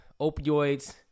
opioids